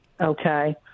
Okay